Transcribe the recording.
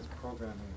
programming